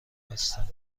بستند